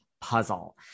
puzzle